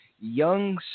young